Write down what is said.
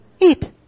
eat